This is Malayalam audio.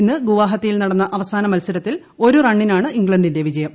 ഇന്ന് ഗുവാഹത്തിയിൽ നടന്ന അവസാന മത്സരത്തിൽ ഒരു റണ്ണിനാണ് ഇംഗ്ല്ങ്ടിന്റെ വിജയം